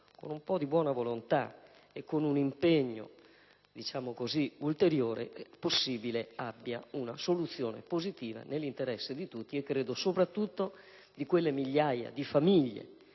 con un po' di buona volontà e con un impegno ulteriore sia possibile individuare una soluzione positiva nell'interesse di tutti e soprattutto di quelle migliaia di famiglie